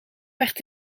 werd